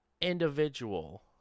individual